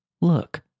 look